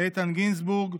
איתן גינזבורג,